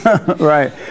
Right